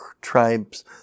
tribes